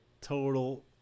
total